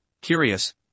curious